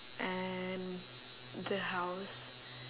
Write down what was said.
and the house